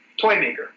toymaker